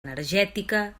energètica